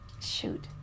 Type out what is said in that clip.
Shoot